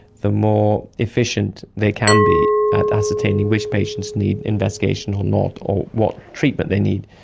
the more efficient they can be at ascertaining which patients need investigation or not or what treatment they need.